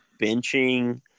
benching